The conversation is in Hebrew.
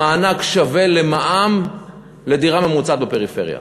המענק שווה למע"מ על דירה ממוצעת בפריפריה.